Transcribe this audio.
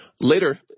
Later